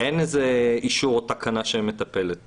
אין אישור או תקנה שמטפלת בזה.